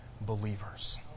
believers